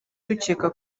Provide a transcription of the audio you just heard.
dukeka